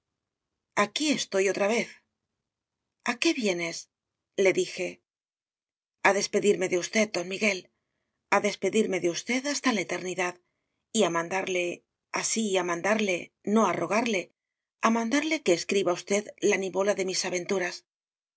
aquí estoy otra vez a qué vienes le dije a despedirme de usted don miguel a despedirme de usted hasta la eternidad y a mandarle así a mandarle no a rogarle a mandarle que escriba usted la nivola de mis aventuras